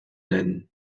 nennen